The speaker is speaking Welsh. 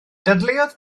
dadleuodd